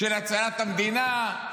של הצלת המדינה,